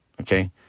okay